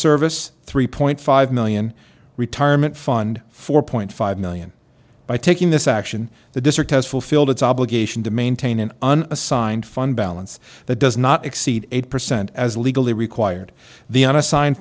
service three point five million retirement fund four point five million by taking this action the district has fulfilled its obligation to maintain an assigned fund balance that does not exceed eight percent as legally required the unassigned